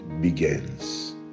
begins